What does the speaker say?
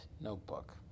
notebook